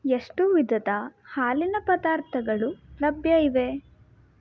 ಎಷ್ಟು ವಿಧದ ಹಾಲಿನ ಪದಾರ್ಥಗಳು ಲಭ್ಯ ಇವೆ